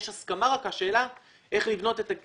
יש הסכמה אלא השאלה איך לבנות את זה